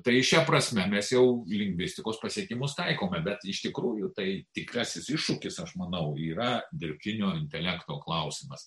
tai šia prasme mes jau lingvistikos pasiekimus taikome bet iš tikrųjų tai tikrasis iššūkis aš manau yra dirbtinio intelekto klausimas